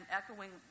echoing